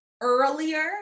earlier